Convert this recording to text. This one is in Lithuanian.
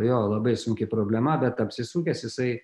jo labai sunki problema bet apsisukęs jisai